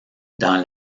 dans